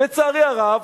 לצערי הרב,